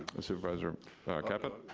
supervisor caput?